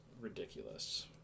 ridiculous